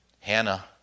Hannah